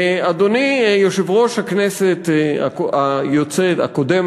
אדוני יושב-ראש הכנסת הקודמת,